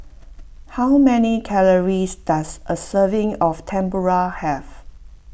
how many calories does a serving of Tempura have